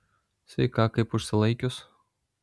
sveika kaip užsilaikius